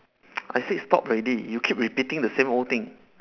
I say stop already you keep repeating the same old thing